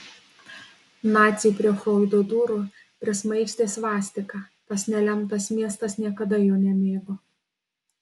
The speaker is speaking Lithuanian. naciai prie froido durų prismaigstė svastiką tas nelemtas miestas niekada jo nemėgo